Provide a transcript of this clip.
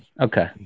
Okay